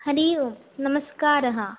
हरिः ओं नमस्कारः